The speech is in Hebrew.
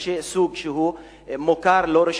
יש סוג שהוא מוכר לא רשמי,